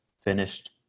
finished